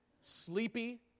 sleepy